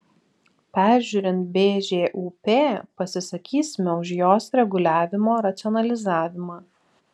peržiūrint bžūp pasisakysime už jos reguliavimo racionalizavimą